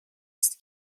است